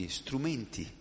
strumenti